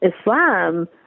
Islam